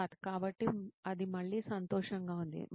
సిద్ధార్థ్ కాబట్టి అది మళ్ళీ సంతోషంగా ఉంది